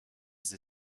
sie